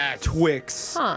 Twix